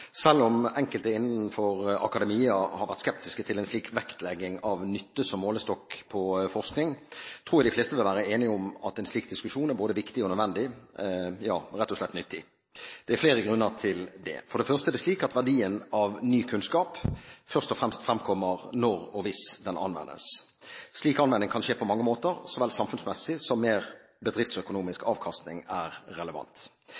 Selv om enkelte innenfor akademia har vært skeptiske til en slik vektlegging av nytte som målestokk på forskning, tror jeg de fleste vil være enig i at en slik diskusjon er både viktig og nødvendig, ja rett og slett nyttig. Det er flere grunner til det. For det første er det slik at verdien av ny kunnskap først og fremst fremkommer når og hvis den anvendes. Slik anvending kan skje på mange måter, så vel samfunnsmessig som mer bedriftsøkonomisk avkastning er relevant.